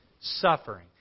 suffering